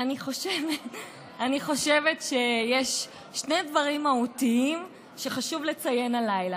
אני חושבת שיש שני דברים מהותיים שחשוב לציין הלילה.